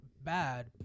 bad